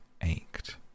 ached